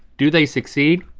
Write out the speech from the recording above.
do they succeed?